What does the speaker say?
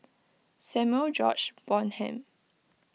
Samuel George Bonham